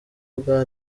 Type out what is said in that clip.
bwa